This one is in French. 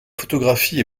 photographie